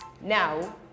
Now